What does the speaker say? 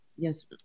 Yes